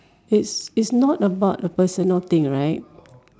it's it's not about a personal thing right